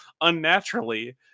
unnaturally